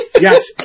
Yes